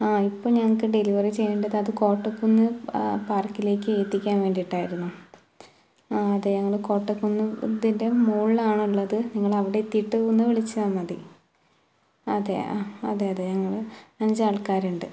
ആഹ് ഇപ്പോൾ ഞങ്ങള്ക്ക് ഡെലിവര് ചെയ്യണ്ടത് അത് കോട്ടക്കുന്ന് പാര്ക്കിലേക്ക് എത്തിക്കാന് വേണ്ടിയിട്ടായിരുന്നു അത് ഞങ്ങള് കോട്ടക്കുന്ന് ഇതിന്റെ മുകളിലാണുള്ളത് നിങ്ങളവിടെ എത്തിയിട്ട് ഒന്നു വിളിച്ചാൽ മതി അതെ അതെ അതെ ഞങ്ങള് അഞ്ചാള്ക്കാരുണ്ട്